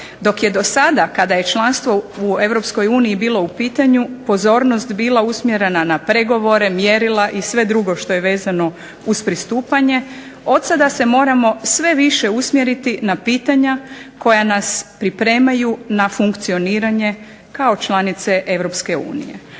Dok je do sada kada je članstvo u Europskoj uniji bilo u pitanju pozornost bila usmjerena na pregovore, mjerila i sve drugo što je vezano uz pristupanje od sada se moramo sve više usmjeriti na pitanja koja nas pripremaju na funkcioniranje kao članice